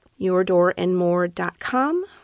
yourdoorandmore.com